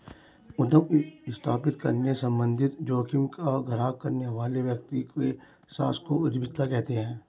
उद्यम स्थापित करने संबंधित जोखिम का ग्रहण करने वाले व्यक्ति के साहस को उद्यमिता कहते हैं